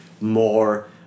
more